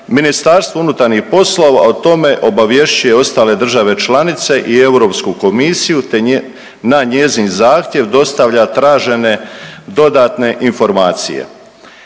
ponovno uvođenje nadzora, MUP o tome obavješćuje ostale države članice i Europsku komisiju, te na njezin zahtjev dostavlja tražene dodatne informacije.